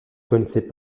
connaissait